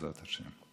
בעזרת השם.